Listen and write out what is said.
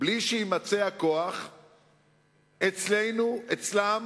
בלי שיימצא הכוח אצלנו, אצלם,